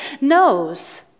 knows